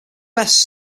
best